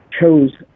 chose